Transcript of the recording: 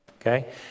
Okay